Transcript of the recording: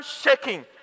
shaking